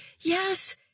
Yes